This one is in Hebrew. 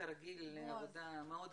כרגיל עבודה מאוד רצינית.